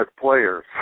players